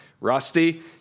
Rusty